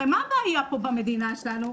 הרי מה הבעיה פה במדינה שלנו,